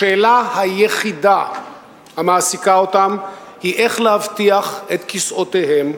השאלה היחידה המעסיקה אותם היא איך להבטיח את כיסאותיהם,